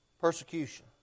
persecution